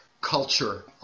culture